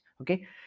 okay